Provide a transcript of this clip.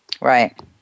Right